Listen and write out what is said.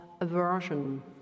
aversion